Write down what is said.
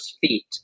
feet